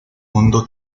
hondo